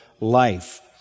life